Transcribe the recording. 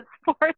sports